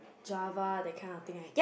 Java that kind of thing I think